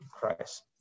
Christ